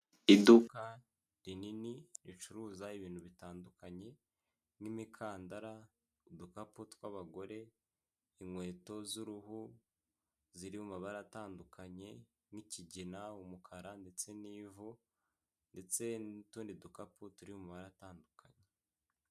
Iduka rinini ricuruza ibintu bitandukanye nk'imikandara ,udukapu tw'abagore inkweto z'uruhu zirimo mu mabara atandukanye nk ' ikigina, umukara ndetse n'ivu ndetse n'utundi dukapu turi mu mabara atandukanye .